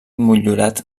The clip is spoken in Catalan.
motllurat